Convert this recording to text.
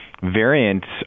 variants